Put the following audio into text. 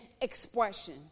expression